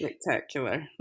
Spectacular